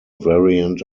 variant